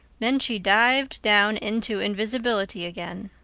then she dived down into invisibility again.